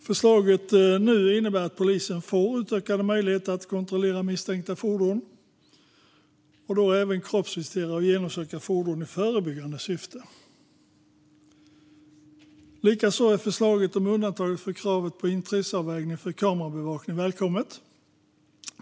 Förslaget innebär att polisen nu får utökade möjligheter att kontrollera misstänkta fordon och då även att kroppsvisitera och genomsöka fordon i förebyggande syfte. Likaså är förslaget om undantaget för kravet på intresseavvägning för kamerabevakning välkommet.